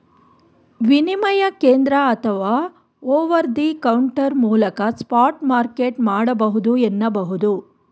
ವಿನಿಮಯ ಕೇಂದ್ರ ಅಥವಾ ಓವರ್ ದಿ ಕೌಂಟರ್ ಮೂಲಕ ಸ್ಪಾಟ್ ಮಾರ್ಕೆಟ್ ಮಾಡಬಹುದು ಎನ್ನುಬಹುದು